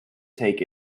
take